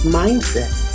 mindset